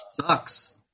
sucks